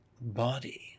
body